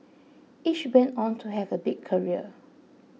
each went on to have a big career